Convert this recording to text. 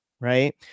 right